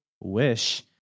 wish